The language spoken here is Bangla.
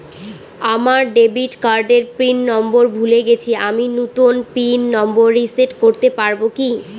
আমার ডেবিট কার্ডের পিন নম্বর ভুলে গেছি আমি নূতন পিন নম্বর রিসেট করতে পারবো কি?